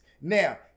Now